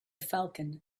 falcon